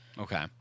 Okay